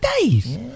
Days